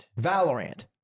Valorant